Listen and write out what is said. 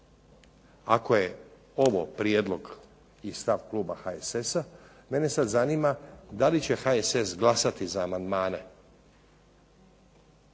Ako je ovo prijedlog i stav kluba HSS-a, mene sad zanima da li će HSS glasati za amandmane,